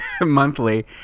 monthly